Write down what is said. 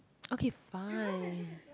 okay fine